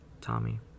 Tommy